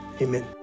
Amen